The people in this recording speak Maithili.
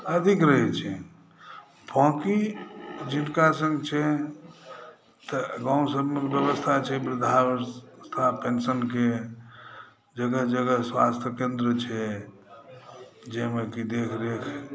अधिक रहै छै बाँकि जिनका सङ्ग छै गाँव सभमे व्यवस्था छै वृद्धाआश्रम सभ वृद्धा पेन्शन से जगह जगह स्वास्थ्य केन्द्र छै जाहिमे कि देख रेख